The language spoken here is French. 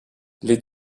les